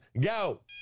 go